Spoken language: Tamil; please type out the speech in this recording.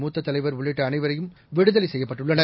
மூத்த தலைவர் உள்ளிட்ட அனைவரும் விடுதலை செய்யப்பட்டுள்ளனர்